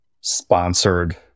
sponsored